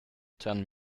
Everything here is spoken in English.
ten